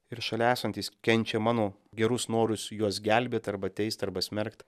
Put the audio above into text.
ir šalia esantys kenčia mano gerus norus juos gelbėt arba teist arba smerkt